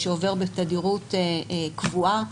יש פה מידע מאוד גדול שעובר בתדירות קבועה.